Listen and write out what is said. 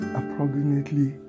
approximately